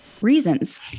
reasons